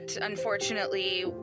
unfortunately